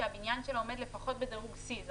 שהבניין שלו עומד לפחות בדירוג C. זה